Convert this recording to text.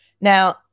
Now